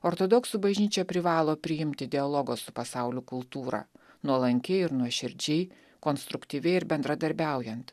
ortodoksų bažnyčia privalo priimti dialogo su pasauliu kultūrą nuolankiai ir nuoširdžiai konstruktyviai ir bendradarbiaujant